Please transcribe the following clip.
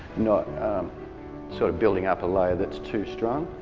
not sort of building up a low that's too strong.